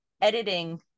editing